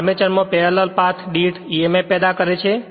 armature માં parallel path દીઠ emf પેદા કરે છે